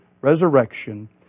resurrection